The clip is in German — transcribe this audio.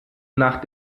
nach